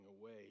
away